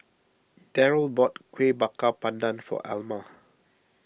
Daryle bought Kueh Bakar Pandan for Alma